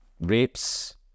rapes